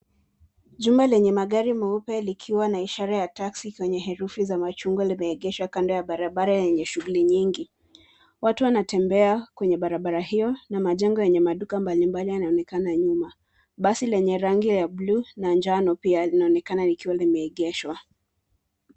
Jumba lenye magari meupe likiwa na ishara ya taxi zenye herufi za machungwa limeegeshwa kando ya barabara yenye shuguli nyingi. Watu wanatembea kwenye barabara hiyo na majengo yenye maduka mbalimbali yanaonekana nyuma. Basi lenye rangi ya buluu na njano pia linaonekana likiwa limeegeshwa.